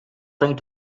trying